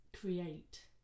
create